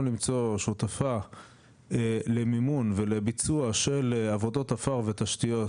למצוא שותפה למימון ולביצוע של עבודות עפר ותשתיות,